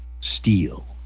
steal